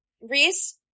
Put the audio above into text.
Reese